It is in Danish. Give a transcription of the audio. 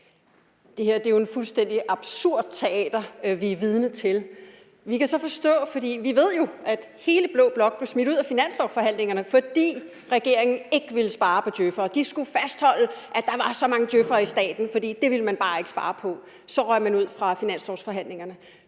Det her er jo et fuldstændig absurd teater, vi er vidne til. Vi ved jo, at hele blå blok blev smidt ud af finanslovsforhandlingerne, fordi regeringen ikke ville spare på djøf'ere. De skulle fastholde, at der var så mange djøf'ere i staten. Det ville de bare ikke spare på. Så røg blå blok ud af finanslovsforhandlingerne.